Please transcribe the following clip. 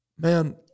man